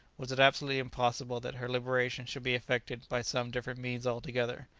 was it absolutely impossible that her liberation should be effected by some different means altogether?